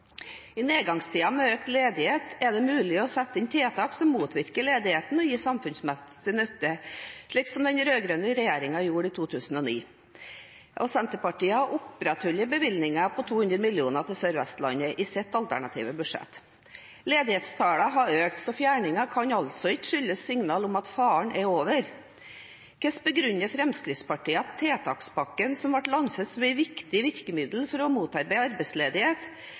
I nedgangstider med økt ledighet er det mulig å sette inn tiltak som motvirker ledigheten og gir samfunnsmessig nytte, slik den rød-grønne regjeringen gjorde i 2009. Senterpartiet har opprettholdt bevilgningen på 200 mill. kr til Sør-Vestlandet i sitt alternative budsjett. Ledighetstallene har økt, så fjerningen kan altså ikke skyldes signal om at faren er over. Hvordan begrunner Fremskrittspartiet at hele tiltakspakken som ble lansert som et viktig virkemiddel for å motarbeide arbeidsledighet,